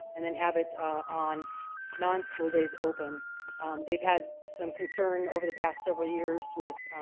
and then have it on non school days open they've had some concern over the past several years with